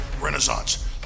renaissance